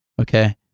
Okay